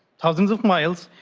thousands of miles.